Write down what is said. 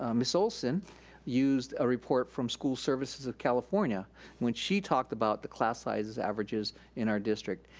ah miss olson used a report from school services of california when she talked about the class sizes averages in our district.